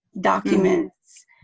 documents